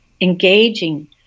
engaging